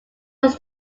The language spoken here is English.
was